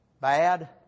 Bad